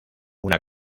una